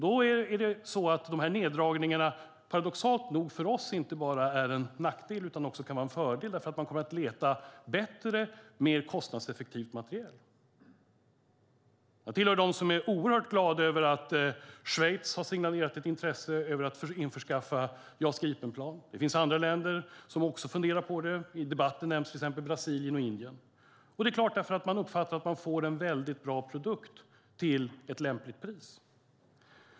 Då kan de här neddragningarna, paradoxalt nog, för oss inte bara vara en nackdel utan också en fördel, därför att man kommer att leta efter bättre och mer kostnadseffektiv materiel. Jag tillhör dem som är oerhört glada över att Schweiz har signalerat ett intresse av att införskaffa Jas Gripen-plan. Det finns också andra länder som funderar på det. I debatten nämns till exempel Brasilien och Indien. Det är klart att man gör det därför att man får en väldigt bra produkt till ett lämpligt pris.